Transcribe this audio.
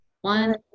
One